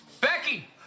Becky